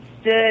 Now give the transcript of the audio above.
stood